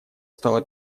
стала